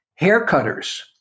Haircutters